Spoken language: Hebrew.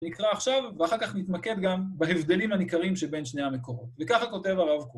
נקרא עכשיו, ואחר כך נתמקד ‫גם בהבדלים הניכרים שבין שני המקורות. ‫וככה כותב הרב קוק: